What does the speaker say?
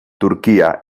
turquía